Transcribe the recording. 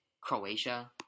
Croatia